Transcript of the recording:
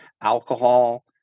alcohol